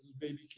baby